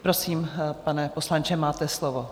Prosím, pane poslanče, máte slovo.